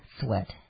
sweat